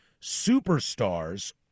superstars